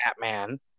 Batman